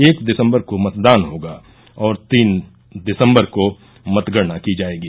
एक दिसम्बर को मतदान होगा और तीन दिसम्बर को मतगणना की जायेगी